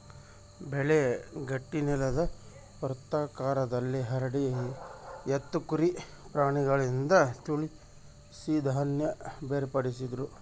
ಬೆಳೆ ಗಟ್ಟಿನೆಲುದ್ ವೃತ್ತಾಕಾರದಲ್ಲಿ ಹರಡಿ ಎತ್ತು ಕುರಿ ಪ್ರಾಣಿಗಳಿಂದ ತುಳಿಸಿ ಧಾನ್ಯ ಬೇರ್ಪಡಿಸ್ತಿದ್ರು